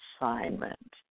assignment